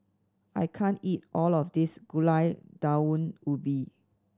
I can't eat all of this Gulai Daun Ubi